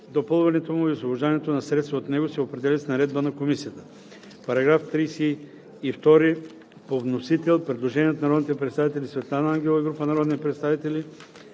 допълването му и освобождаването на средства от него се определят с наредба на комисията.“ По § 32 по вносител има предложение от народния представител Светлана Ангелова и група народни представители.